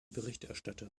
berichterstatter